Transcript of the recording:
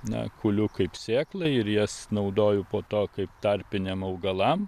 na kuliu kaip sėklą ir jas naudoju po to kaip tarpiniam augalam